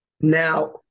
Now